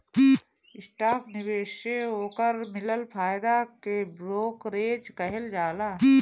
stock निवेश से ओकर मिलल फायदा के ब्रोकरेज कहल जाला